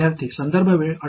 என்று உங்களுக்குத் தெரியும்